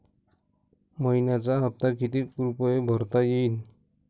मइन्याचा हप्ता कितीक रुपये भरता येईल?